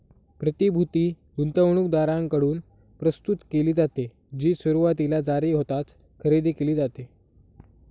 प्रतिभूती गुंतवणूकदारांकडून प्रस्तुत केली जाते, जी सुरुवातीला जारी होताच खरेदी केली जाते